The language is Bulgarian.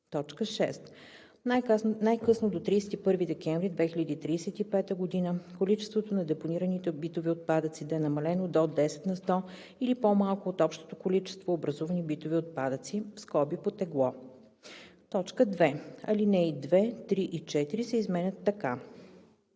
6. най-късно до 31 декември 2035 г. количеството на депонираните битови отпадъци да е намалено до 10 на сто или по малко от общото количество образувани битови отпадъци (по тегло).“ 2. Алинеи 2, 3 и 4 се изменят така: